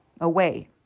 away